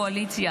נא לצאת.